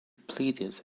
pleaded